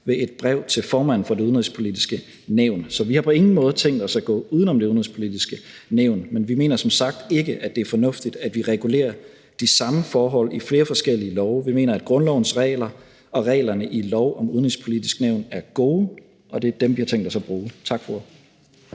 ved et brev til formanden for Det Udenrigspolitiske Nævn. Så vi har på ingen måde tænkt os at gå uden om Det Udenrigspolitiske Nævn. Men vi mener som sagt ikke, at det er fornuftigt, at vi regulerer de samme forhold i flere forskellige love. Vi mener, at grundlovens regler og reglerne i lov om Det Udenrigspolitiske Nævn er gode. Og det er dem, vi har tænkt os at bruge. Tak for